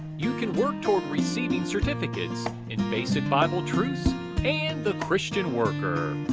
you can work toward receiving certificates in basic bible truths and the christian worker.